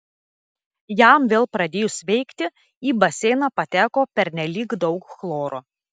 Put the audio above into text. jam vėl pradėjus veikti į baseiną pateko pernelyg daug chloro